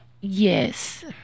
Yes